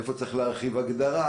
איפה צריך להרחיב הגדרה,